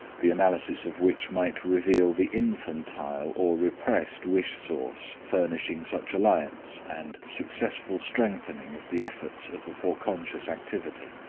the analysis of which might reveal the infantile or repressed wish source furnishing such alliance and successful strengthening of the efforts of the foreconscious activity.